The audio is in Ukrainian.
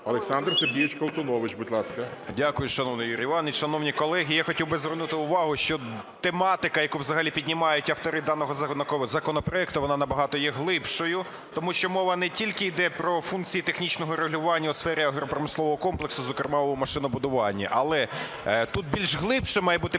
Олександр Сергійович Колтунович, будь ласка. 11:44:34 КОЛТУНОВИЧ О.С. Дякую, шановний Юрій Іванович. Шановні колеги, я хотів би звернути увагу, що тематика, яку взагалі піднімають автори даного законопроекту, вона набагато є глибшою. Тому що мова не тільки йде про функції технічного регулювання у сфері агропромислового комплексу, зокрема в машинобудуванні, але тут більш глибше має бути питання.